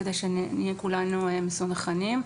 כדי שנהיה כולנו מסונכרנים.